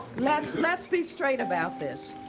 let's, let's be straight about this.